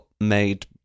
made